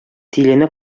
тилене